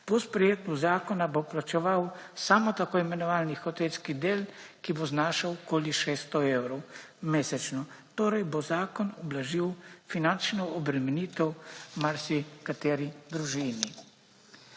Po sprejetju zakona bo plačeval samo tako imenovani hotelski del, ki bo znašal okoli 600 evrov mesečno, torej bo zakon ublažil finančno obremenitev marsikateri družini.